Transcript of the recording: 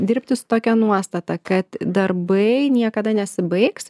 dirbti su tokia nuostata kad darbai niekada nesibaigs